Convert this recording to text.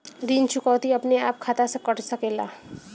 ऋण चुकौती अपने आप खाता से कट सकेला?